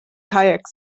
kajak